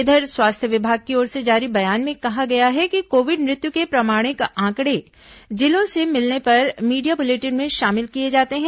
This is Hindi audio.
इधर स्वास्थ्य विमाग की ओर से जारी बयान में कहा गया है कि कोविड मृत्यु के प्रमाणिक आंकड़े जिलों से मिलने पर मीडिया बुलेटिन में शामिल किए जाते हैं